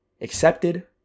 accepted